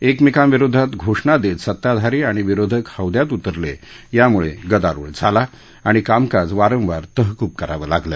एकमेकांविरोधात घोषणा देत सत्ताधारी आणि विरोधक हौद्यात उतरले यामुळे गदारोळ झाला आणि कामकाज वारंवार तहक्ब करावं लागलं